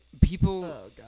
people